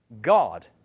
God